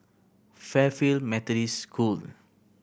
Fairfield Methodist School